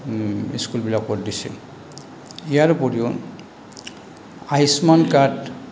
স্কুলবিলাকত দিছে ইয়াৰ উপৰিও আয়ুষ্মান কাৰ্ড